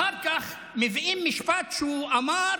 אחר כך מביאים משפט שהוא אמר